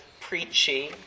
preaching